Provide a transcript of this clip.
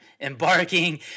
embarking